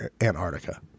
Antarctica